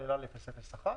כמו LY001,